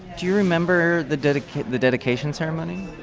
do you remember the dedication the dedication ceremony?